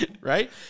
right